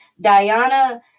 diana